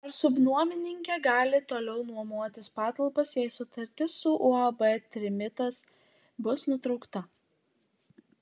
ar subnuomininkė gali toliau nuomotis patalpas jei sutartis su uab trimitas bus nutraukta